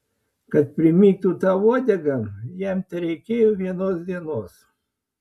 kad primygtų tau uodegą jam tereikėjo vienos dienos